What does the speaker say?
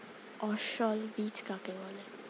অসস্যল বীজ কাকে বলে?